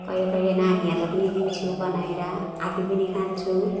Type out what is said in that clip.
कहिले कहिले नानीहरूलाई पनि दिन्छु बनाएर आफै पनि खान्छु